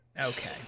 Okay